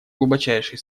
глубочайшие